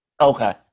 Okay